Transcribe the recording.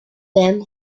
then